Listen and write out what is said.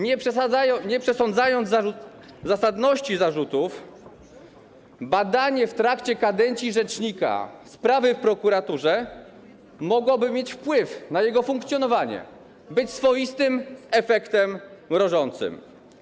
Nie przesądzając zasadności zarzutów, badanie w trakcie kadencji rzecznika sprawy w prokuraturze mogłoby mieć wpływ na jego funkcjonowanie, być swoistym efektem mrożącym.